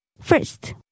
First